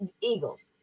eagles